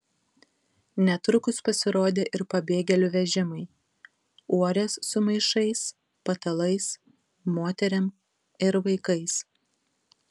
netrukus pasirodė ir pabėgėlių vežimai uorės su maišais patalais moterim ir vaikais